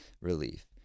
relief